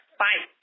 fight